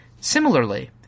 Similarly